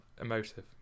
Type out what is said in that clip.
emotive